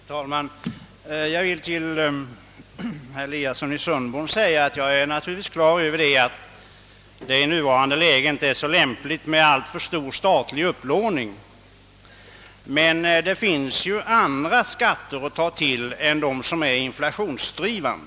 Herr talman! Jag vill säga till herr Eliasson i Sundborn att jag naturligtvis är på det klara med att det i nuvarande läge inte är så lämpligt att ha en alltför stor statlig upplåning, men det finns ju andra skatter att ta till än sådana som är inflationsdrivande,